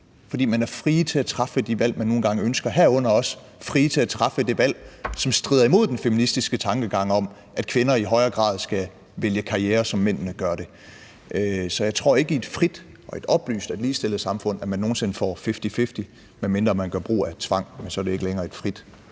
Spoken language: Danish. fordi man er fri til at træffe de valg, man nu engang ønsker, herunder også fri til at træffe det valg, som strider imod den feministiske tankegang om, at kvinder i højere grad skal vælge karriere, som mændene gør det. Så jeg tror ikke, at man i et frit og oplyst og ligestillet samfund nogen sinde får fifty-fifty, medmindre man gør brug af tvang, men så er det ikke længere et frit